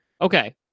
Okay